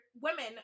women